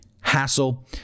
hassle